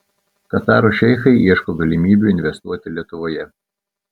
kataro šeichai ieško galimybių investuoti lietuvoje